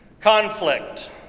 Conflict